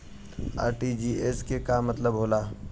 RTGS के का मतलब होला?